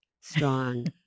strong